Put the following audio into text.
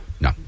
No